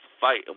fight